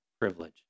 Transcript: privilege